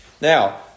Now